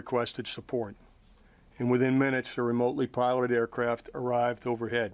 requested support and within minutes a remotely piloted aircraft arrived overhead